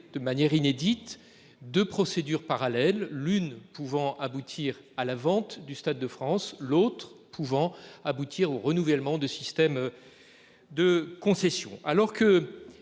de manière inédite de procédures parallèles, l'une pouvant aboutir à la vente du Stade de France, l'autre pouvant aboutir au renouvellement de systèmes. De concession, alors que